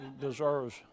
deserves